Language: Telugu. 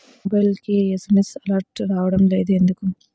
నా మొబైల్కు ఎస్.ఎం.ఎస్ అలర్ట్స్ రావడం లేదు ఎందుకు?